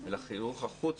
בהצלחה רבה לכולנו.